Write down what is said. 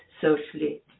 socially